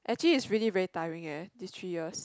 actually it's really very tiring eh these three years